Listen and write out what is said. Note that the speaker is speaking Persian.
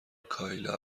کایلا